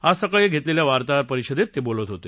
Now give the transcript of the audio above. आज सकाळी घेतलेल्या वार्ताहर परिषदेत ते बोलत होते